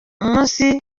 munsi